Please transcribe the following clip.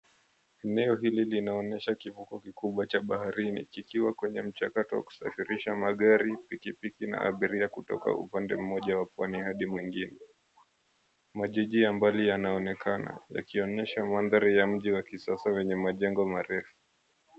Eneo hili linaonyesha kivuko kikubwa cha baharini kikiwa kwenye mchakato wa kusafirisha magari, piki piki na abiria kutoka upande mmoja wa bahari hadi mwingine. Majiji ya mbali yanaonekana yakionyesha mandari wa mji wa kisasa wenye majengo marefu.